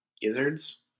Gizzards